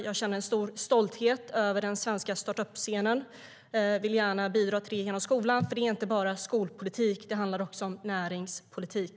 Jag känner en stor stolthet över den svenska start-up-scenen och vill gärna bidra till den genom skolan, men det handlar inte bara om skolpolitik utan också om näringspolitik.